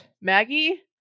maggie